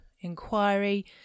inquiry